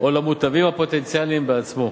או למוטבים הפוטנציאליים בעצמו,